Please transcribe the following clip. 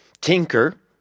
tinker